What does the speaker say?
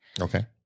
okay